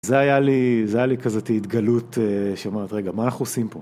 זה היה לי, זה היה לי כזאת התגלות, שאומרת, רגע, מה אנחנו עושים פה?